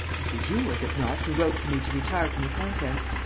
it was you, was it not, who wrote to me to retire from the contest?